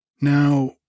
Now